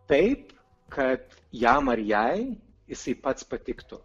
taip kad jam ar jai jisai pats patiktų